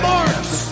Marks